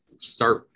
start